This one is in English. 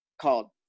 called